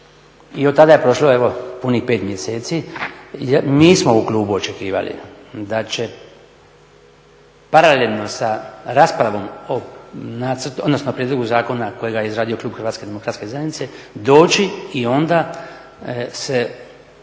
i otada je prošla evo punih 5 mjeseci, mi smo u klubu očekivali da će paralelno sa raspravom o prijedlogu zakona kojega je izradio klub HDZ-a doći i onda se